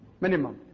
Minimum